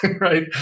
right